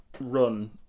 run